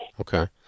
Okay